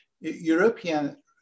European